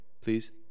Please